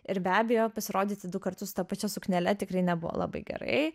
ir be abejo pasirodyti du kartus ta pačia suknele tikrai nebuvo labai gerai